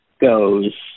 goes –